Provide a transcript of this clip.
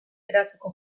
eratzeko